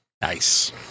Nice